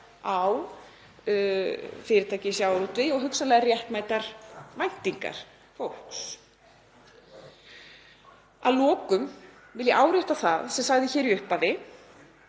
á fyrirtæki í sjávarútvegi og hugsanlega réttmætar væntingar fólks. Að lokum vil ég árétta það sem ég sagði hér í upphafi